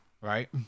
right